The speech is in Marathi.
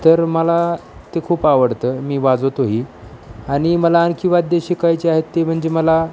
तर मला ते खूप आवडतं मी वाजवतोही आणि मला आणखी वाद्यं शिकायची आहेत ते म्हणजे मला